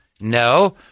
no